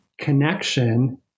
connection